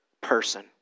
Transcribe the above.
person